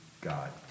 God